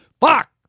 Fuck